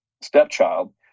stepchild